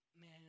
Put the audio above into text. Man